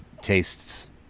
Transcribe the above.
tastes